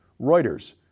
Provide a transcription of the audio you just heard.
Reuters